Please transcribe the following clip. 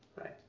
Right